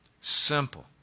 Simple